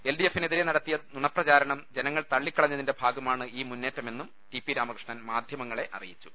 എൽഡിഎഫിനെതിരെ നടത്തിയ നുണപ്രചാരണം ജനങ്ങൾ തള്ളിക്കളഞ്ഞതിന്റെ ഭാഗമാണ് ഈ മുന്നേറ്റമെന്നും ടി പി രാമകൃഷ്ണൻ മാധ്യമങ്ങളെ അറിയിച്ചു